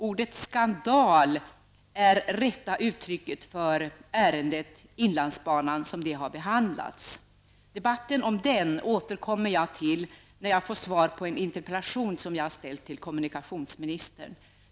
Ordet ''skandal'' är rätta uttrycket för hur ärendet inlandsbanan har behandlats. Debatten om den återkommer jag till när jag har fått svar på en interpellation som jag har ställt till kommunikationsministern.